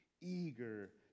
eager